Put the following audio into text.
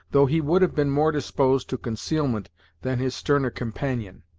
though he would have been more disposed to concealment than his sterner companion,